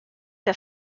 der